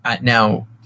Now